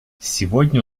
сегодня